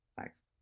Thanks